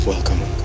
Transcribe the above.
Welcome